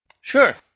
Sure